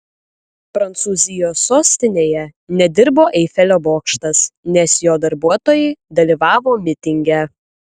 prancūzijos sostinėje nedirbo eifelio bokštas nes jo darbuotojai dalyvavo mitinge